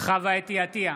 חוה אתי עטייה,